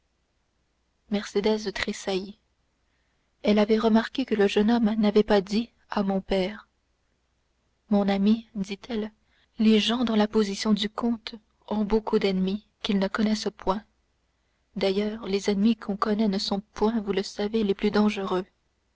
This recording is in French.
morcerf mercédès tressaillit elle avait remarqué que le jeune homme n'avait pas dit à mon père mon ami dit-elle les gens dans la position du comte ont beaucoup d'ennemis qu'ils ne connaissent point d'ailleurs les ennemis qu'on connaît ne sont point vous le savez les plus dangereux